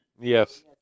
Yes